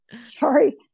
Sorry